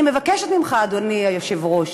אני מבקשת ממך, אדוני היושב-ראש,